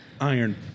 iron